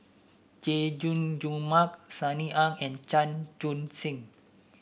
Chay Jung Jun Mark Sunny Ang and Chan Chun Sing